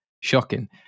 shocking